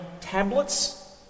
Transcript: tablets